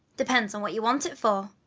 depends on what you want it for.